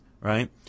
right